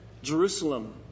Jerusalem